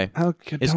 Okay